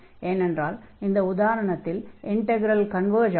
ஏனென்றால் இந்த உதாரணத்தில் இண்டக்ரல் கன்வர்ஜ் ஆகும்